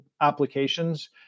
applications